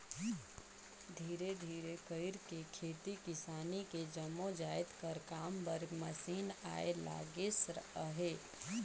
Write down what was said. धीरे धीरे कइरके खेती किसानी के जम्मो जाएत कर काम बर मसीन आए लगिस अहे